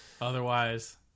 Otherwise